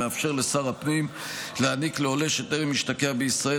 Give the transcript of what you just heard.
המאפשר לשר הפנים להעניק לעולה שטרם השתקע בישראל